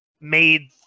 Made